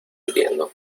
entiendo